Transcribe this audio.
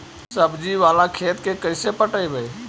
सब्जी बाला खेत के कैसे पटइबै?